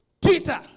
Twitter